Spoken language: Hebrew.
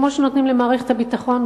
כמו שנותנים למערכת הביטחון,